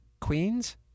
queens